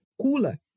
cooler